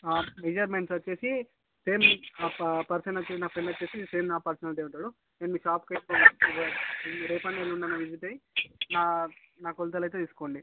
ఆ మెజర్మెంట్స్ వచ్చేసి సేమ్ ఆ పర్సన్ వచ్చేసి నా ఫ్రెండ్ వచ్చేసి సేమ్ నా పర్సనాలిటి ఉంటారు నేను మీ షాప్కి అయితే రెపన్నా ఎల్లుండన్నా విసిట్ అయ్యి నా నా కొలతలు అయితే తీసుకోండి